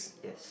yes